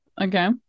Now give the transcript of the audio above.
Okay